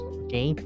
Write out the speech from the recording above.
okay